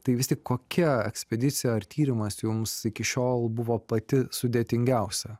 tai vis tik kokia ekspedicija ar tyrimas jums iki šiol buvo pati sudėtingiausia